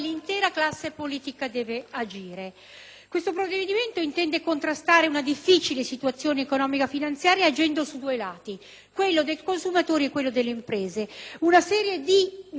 in esame intende contrastare una difficile situazione economico-finanziaria agendo su due lati, quello del consumatore e quello delle imprese, tramite una serie di misure che vogliono infondere fiducia